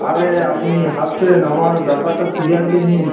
আরে আপনি হাসছেন আমার ব্যাপারটা সিরিয়াসলি নিন